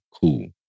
Cool